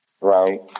right